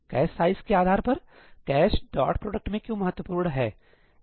cash size के आधार पर कैश डॉट प्रोडक्ट में क्यों महत्वपूर्ण है